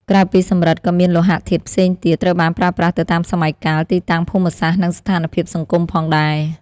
ក្រៅពីសំរឹទ្ធិ ក៏មាន លោហៈធាតុផ្សេងទៀត ត្រូវបានប្រើប្រាស់ទៅតាមសម័យកាល ទីតាំងភូមិសាស្ត្រ និងស្ថានភាពសង្គមផងដែរ។